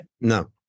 No